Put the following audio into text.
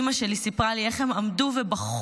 אימא שלי סיפרה לי איך הן עמדו ובכו,